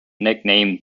nickname